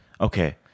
Okay